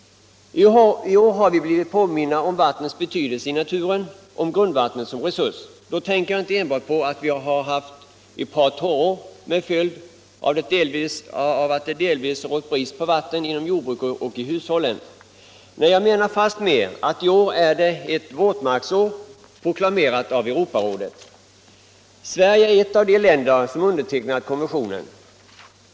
I år har vi blivit påminda om vattnets betydelse i naturen, om grundvattnet som resurs. Då tänker jag inte enbart på att vi har haft ett par torrår med följd att det delvis rått brist på vatten inom jordbruk och i hushållen. Nej, jag avser det faktum att det i år är ett våtmarksår, proklamerat av Europarådet. Sverige är ett av de länder som undertecknat konventionen.